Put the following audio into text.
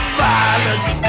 violence